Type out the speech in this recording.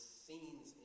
scenes